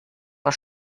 vor